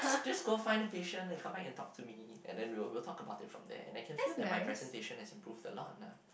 just go find a patient and come back and talk to me and then we will we will talk about it from there and I can feel that my presentation has improve a lot ah